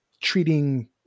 treating